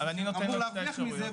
הוא מהווה תחרות,